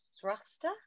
thruster